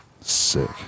Sick